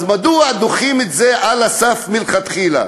אז מדוע דוחים את זה על הסף מלכתחילה?